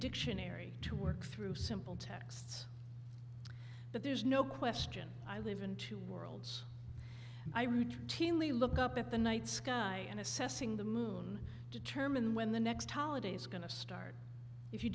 dictionary to work through simple texts but there's no question i live in two worlds i routinely look up at the night sky and assessing the moon determine when the next holiday is going to start if you